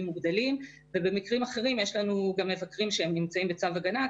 מוגדלים ובמקרים אחרים יש לנו גם מבקרים שנמצאים בצו הגנה.